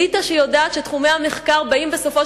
אליטה שיודעת שתחומי המחקר באים בסופו